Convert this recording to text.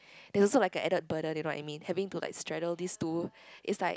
they are also like added burden you know what I mean having to like straddle this two is like